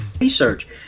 Research